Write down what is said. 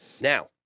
Now